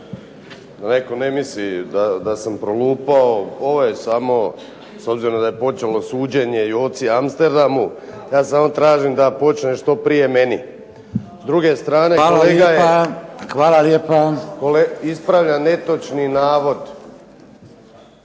Da netko ne misli da sam prolupao, ovo je samo s obzirom da je počelo suđenje Joci Amsterdamu ja samo tražim da počne što prije meni. **Šeks, Vladimir (HDZ)** Hvala lijepa. **Vinković, Zoran